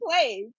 place